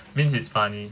means it's funny